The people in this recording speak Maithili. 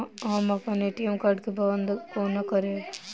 हम अप्पन ए.टी.एम कार्ड केँ बंद कोना करेबै?